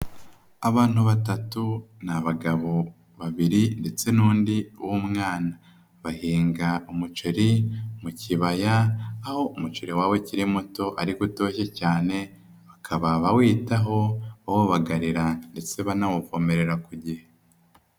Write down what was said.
Abantu batatu ni abagabo babiri ndetse n'undi w'umwana. Bahinga umuceri mu kibaya aho umuceri wabo ukiri muto ariko utoshye cyane, bakaba bawitaho bawubagarira ndetse banawuvomerera ku gihe.